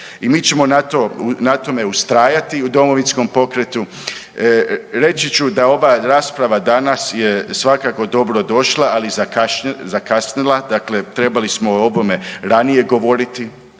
i mi ćemo na tome ustrajati u Domovinskom pokretu. Reći ću da ova rasprava danas je svakako dobrodošla, ali zakasnila, dakle trebali smo o ovome ranije govoriti,